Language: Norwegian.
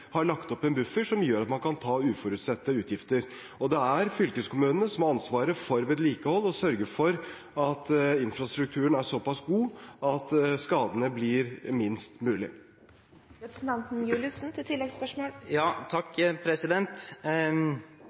har lagt opp en buffer som gjør at man kan ta uforutsette utgifter. Det er fylkeskommunene som har ansvaret for vedlikehold og å sørge for at infrastrukturen er såpass god at skadene blir minst mulig.